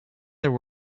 there